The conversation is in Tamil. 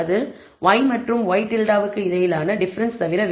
அது y மற்றும் ŷ க்கு இடையிலான டிஃபரன்ஸ் தவிர வேறொன்றுமில்லை